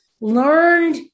learned